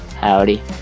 Howdy